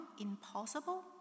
Impossible